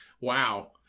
Wow